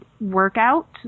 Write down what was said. workout